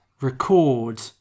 record